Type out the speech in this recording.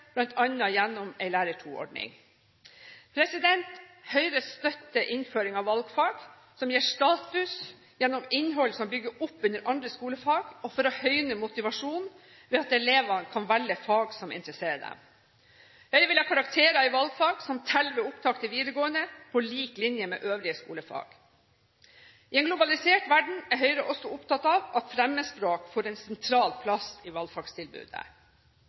gjennom en Lærer 2-ordning. Høyre støtter innføring av valgfag som gis status gjennom innhold som bygger opp under andre skolefag og for å høyne motivasjonen ved at elevene kan velge fag som interesserer dem. Høyre vil ha karakterer i valgfag som teller ved opptak til videregående på lik linje med øvrige skolefag. I en globalisert verden er Høyre også opptatt av at fremmedspråk får en sentral plass i